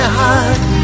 heart